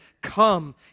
Come